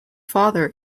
father